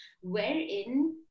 wherein